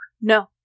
No